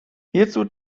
hierzu